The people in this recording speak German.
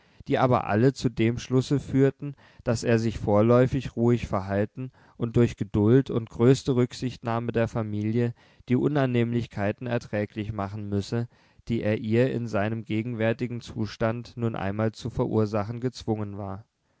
die aber alle zu dem schlusse führten daß er sich vorläufig ruhig verhalten und durch geduld und größte rücksichtnahme der familie die unannehmlichkeiten erträglich machen müsse die er ihr in seinem gegenwärtigen zustand nun einmal zu verursachen gezwungen war